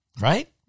Right